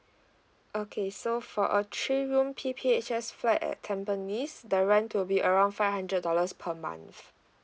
okay so for a three room P_P_H_S flat at tampines the rent will be around five hundred dollars per month